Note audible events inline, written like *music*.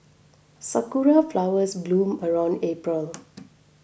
sakura flowers bloom around April *noise*